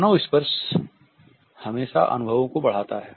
मानव स्पर्श हमेशा अनुभवों को बढ़ता है